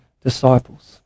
disciples